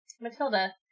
Matilda